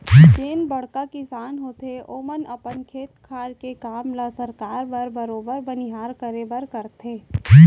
जेन बड़का किसान होथे ओमन अपन खेत खार के काम ल सरकाय बर बरोबर बनिहार करबे करथे